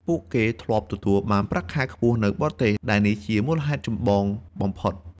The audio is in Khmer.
ពួកគេធ្លាប់ទទួលបានប្រាក់ខែខ្ពស់នៅបរទេស ដែលនេះជាមូលហេតុចម្បងបំផុត។